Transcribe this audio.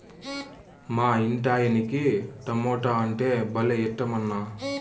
మా ఇంటాయనకి టమోటా అంటే భలే ఇట్టమన్నా